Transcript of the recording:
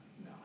No